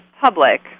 public